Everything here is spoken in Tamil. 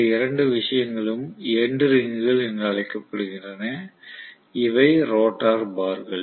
இந்த இரண்டு விஷயங்களும் எண்டு ரிங்குகள் என்று அழைக்கப்படுகின்றன இவை ரோட்டார் பார்கள்